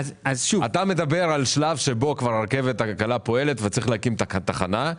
אתה מדבר על השלב שבו הרכבת הקלה פועלת וצריך להקים תחנה.